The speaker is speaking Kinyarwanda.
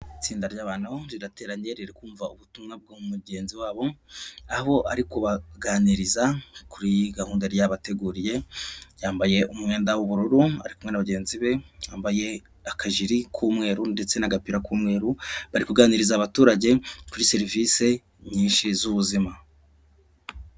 Itsinda ry'abantu rirateranye riri kumva ubutumwa bwa mugenzi wabo aho ari kubaganiriza kuri gahunda yari yabateguriye yambaye umwenda w'ubururu ari kumwe na bagenzi be bambaye akajiri k'umweru ndetse n'agapira k'umweru bari kuganiriza abaturage kuri serivisi nyinshi z'ubuzima.